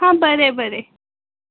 हां बरें बरें